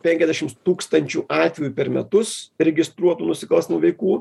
penkiasdešims tūkstančių atvejų per metus registruotų nusikalstamų veikų